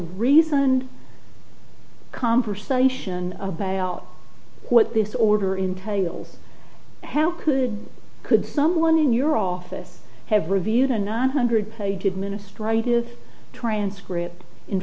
reasoned conversation about what this order entails how could could someone in your office have reviewed another hundred page administrative transcripts in